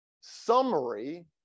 summary